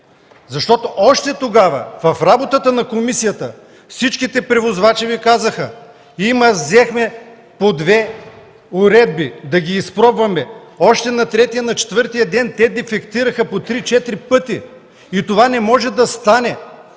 защото още тогава в работата на комисията всичките превозвачи Ви казаха: „Взехме по две уредби да ги изпробваме. Още на третия, на четвъртия ден те дефектираха по три-четири пъти! Това не може да стане!”.